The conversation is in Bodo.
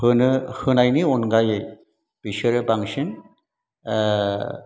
होनो होनायनि अनगायै बिसोरो बांसिन